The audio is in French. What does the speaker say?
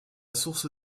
source